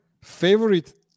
favorite